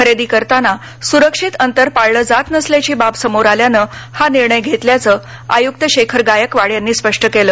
खरेदी करताना सुरक्षित अंतर पाळलं जात नसल्याची बाब समोर आल्यानं हा निर्णय घेतल्याचं आयुक्त शेखर गायकवाड यांनी स्पष्ट केलं